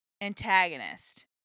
antagonist